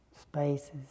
spaces